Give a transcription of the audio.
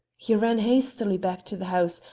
he ran hastily back to the house,